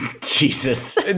Jesus